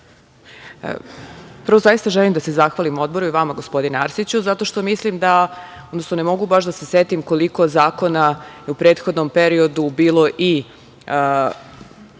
Prvo, zaista želim da se zahvalim Odboru i vama, gospodine Arsiću, zato što mislim, odnosno ne mogu baš da se setim koliko zakona je u prethodnom periodu bilo i,